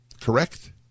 Correct